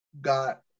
got